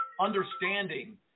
understanding